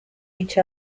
each